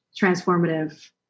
transformative